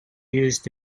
used